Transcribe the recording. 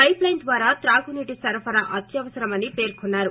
pipeline ద్వారా తాగునీటి సరఫరా అత్యవసరమని పేర్కొన్నారు